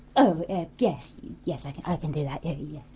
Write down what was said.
oh. and yes. yes, i can do that. yeah yes.